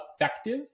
effective